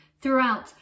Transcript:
Throughout